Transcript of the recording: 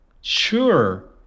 Sure